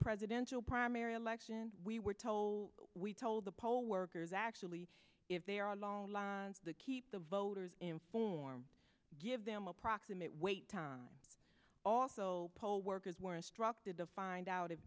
presidential primary election we were told we told the poll workers actually if there are long lines that keep the voters informed give them approximate wait time also poll workers were instructed to find out if